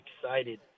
excited